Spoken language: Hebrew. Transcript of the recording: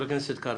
חבר הכנסת קרעי.